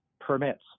permits